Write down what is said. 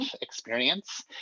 experience